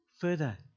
further